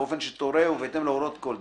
באופן שתורה ובהתאם להוראות כל דין.